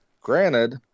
Granted